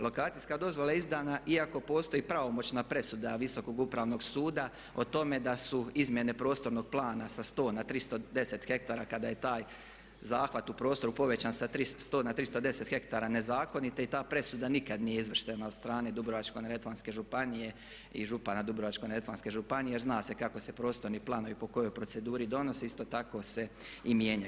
Lokacijska dozvola je izdana iako postoji pravomoćna presuda Visokog upravnog suda o tome da su izmjene prostornog plana sa 100 na 310 hektara kada je taj zahvat u prostoru povećan sa 100 na 310 hektara nezakonite i ta presuda nikada nije izvršena od strane Dubrovačko-neretvanske županije i župana Dubrovačko-neretvanske županije jer zna se kako se prostorni planovi po kojoj proceduri donose, isto tako se i mijenjaju.